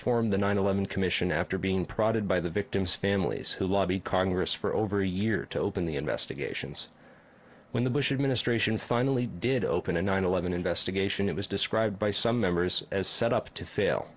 formed the nine eleven commission after being prodded by the victims families who lobbied congress for over a year to open the investigations when the bush administration finally did open a nine eleven investigation it was described by some members as set up to